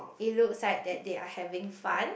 it looks like that they are having fun